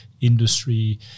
industry